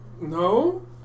No